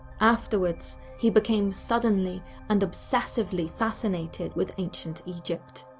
afterwards, he became suddenly and obsessively fascinated with ancient egypt.